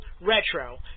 Retro